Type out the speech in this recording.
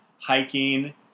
hiking